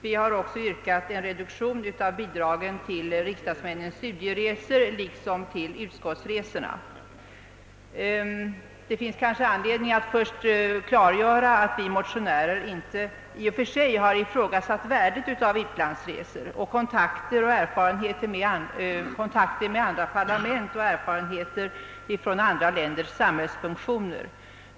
Vi har också yrkat på en reduktion av bidraget till riksdagsmännens studieresor liksom till utskottsresorna. Det finns kanske anledning att först klargöra att vi motionärer inte har ifrågasatt värdet i och för sig av utlandsresor, kontakter med andra länders parlament och erfarenheter från dessa länders samhällsfunktioner.